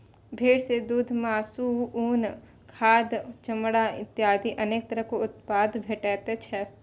भेड़ सं दूघ, मासु, उन, खाद, चमड़ा इत्यादि अनेक तरह उत्पाद भेटै छै